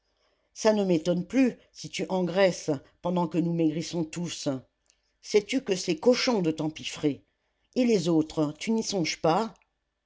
ça ne m'étonne plus si tu engraisses pendant que nous maigrissons tous sais-tu que c'est cochon de t'empiffrer et les autres tu n'y songes pas